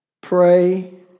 pray